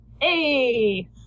Hey